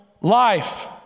life